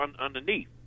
underneath